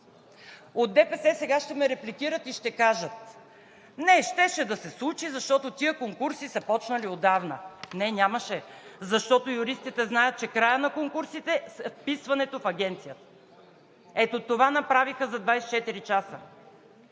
От ДПС сега ще ме репликират и ще кажат: „Не, щеше да се случи, защото тези конкурси са започнали отдавна.“ Не, нямаше, защото юристите знаят, че краят на конкурсите е вписването в Агенцията. Ето това направиха за 24 часа,